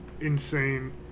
insane